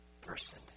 person